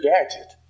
Gadget